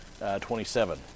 27